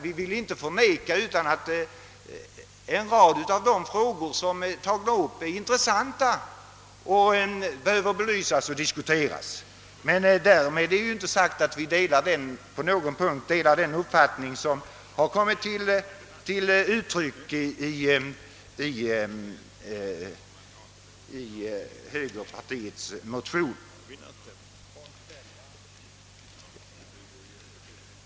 Vi vill inte förneka att en rad av de frågor som tagits upp är intressanta och att de behöver belysas och diskuteras, men därmed är det inte sagt att vi delar den uppfattning som kommit till uttryck i högerpartiets motion.